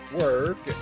work